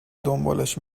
دنبالش